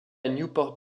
newport